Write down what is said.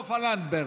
סופה לנדבר.